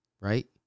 right